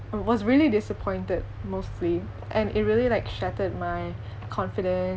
I was really disappointed mostly and it really like shattered my confidence